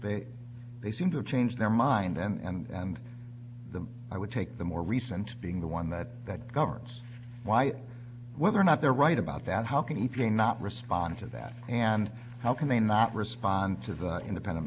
they they seem to change their mind and the i would take the more recent being the one that that governs why whether or not they're right about that how can he play not respond to that and how can they not respond to the independent